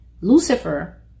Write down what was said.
Lucifer